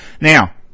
Now